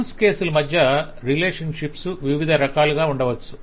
use case ల మధ్య relationship వివిధ రకాలుగా ఉండవచ్చు